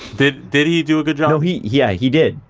did did he do a good job? he yeah he did.